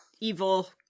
evil